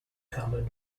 covered